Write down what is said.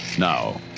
now